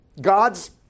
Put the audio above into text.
God's